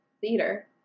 theater